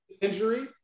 injury